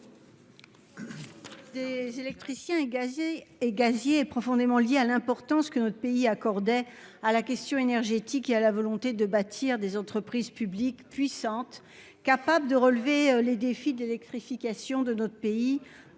Le régime des électriciens et gaziers est profondément lié à l'importance que notre pays accordait à la question énergétique et à la volonté de bâtir des entreprises publiques puissantes, capables de relever les défis de l'électrification de notre pays